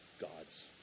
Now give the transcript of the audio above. God's